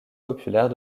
populaires